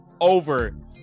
over